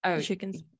chickens